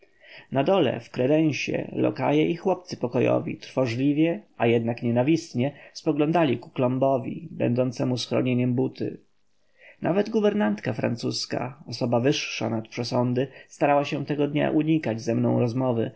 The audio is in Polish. na dole w kredensie lokaje i chłopcy pokojowi trwożliwie a jednak nienawistnie spoglądali ku klombowi będącemu schronieniem buty nawet guwernantka francuska osoba wyższa nad przesądy starała się dnia tego unikać ze mną rozmowy